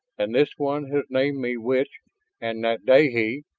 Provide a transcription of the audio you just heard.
and this one has named me witch and natdahe,